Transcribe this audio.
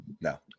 No